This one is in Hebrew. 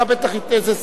היה בטח איזה,